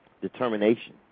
determination